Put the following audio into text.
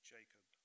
Jacob